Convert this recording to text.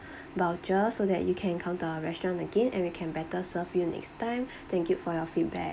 voucher so that you can come to our restaurant again and we can better serve you next time thank you for your feedback